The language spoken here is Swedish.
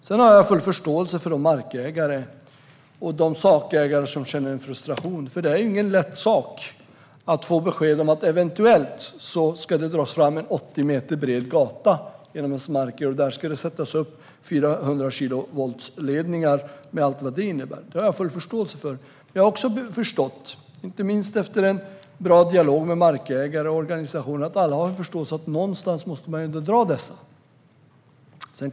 Jag har full förståelse för de markägare och de sakägare som känner sig frustrerade, för det är inte lätt att få besked att eventuellt ska en 80 meter bred gata dras fram genom ens marker och att det där ska sättas upp 400-kilovoltsledningar med allt vad det innebär. Jag har samtidigt haft en bra dialog med markägare och organisationer och har då förstått att alla ändå inser att man måste dra dessa ledningar någonstans.